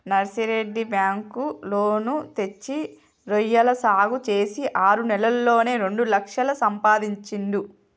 Narsireddy bank loan తెచ్చి రొయ్యల సాగు చేసి ఆరు నెలల్లోనే రెండు లక్షలు సంపాదించిండు